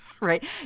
right